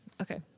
Okay